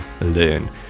learn